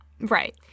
Right